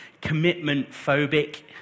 commitment-phobic